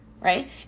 Right